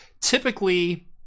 Typically